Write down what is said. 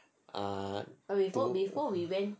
uh